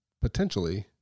potentially